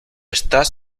estás